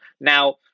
Now